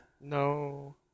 No